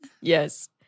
Yes